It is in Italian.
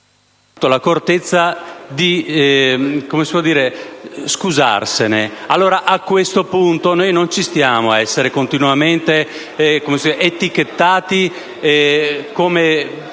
l'accortezza di scusarsene. A questo punto noi non ci stiamo a essere continuamente etichettati come